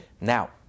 Now